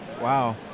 Wow